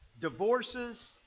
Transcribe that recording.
divorces